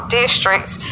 districts